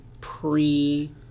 pre-